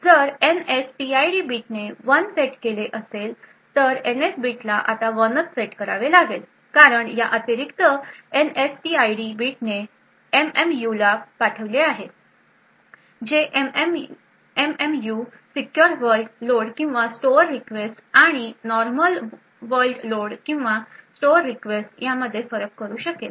जर एनएसटीआयडी बिटने 1 सेट केले तर एनएस बिटला आता 1 सेट करावेच लागेल कारण या अतिरिक्त एनएसटीआयडी बिटने जे एमएमयूला पाठविले आहे ते एमएमयू सीक्युर वर्ल्ड लोड किंवा स्टोअर रिक्वेस्ट आणि नॉर्मल वर्ल्ड लोड किंवा स्टोअर रिक्वेस्ट यामध्ये फरक करू शकेल